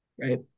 Right